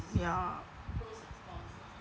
ya